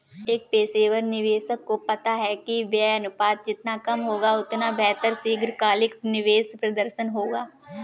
एक पेशेवर निवेशक को पता है कि व्यय अनुपात जितना कम होगा, उतना बेहतर दीर्घकालिक निवेश प्रदर्शन होगा